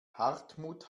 hartmut